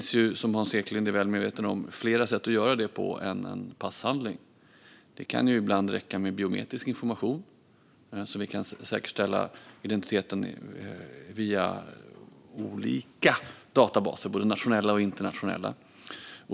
Som Hans Eklind är väl medveten om finns det flera sätt att göra detta på än med en passhandling. Det kan ibland räcka med biometrisk information så att vi kan säkerställa identiteten via olika databaser, både nationella och internationella.